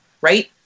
right